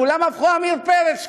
כולם הפכו עמיר פרץ,